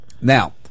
now